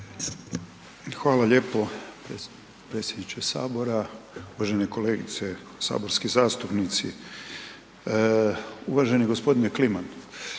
Hvala lijepo. Predsjedniče Sabora, uvažene kolegice, saborski zastupnici. Uvaženi gospodine Kliman,